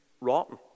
rotten